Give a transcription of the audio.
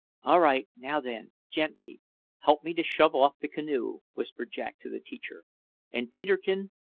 all right now, then, gently help me to shove off the canoe, whispered jack to the teacher and, peterkin,